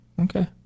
okay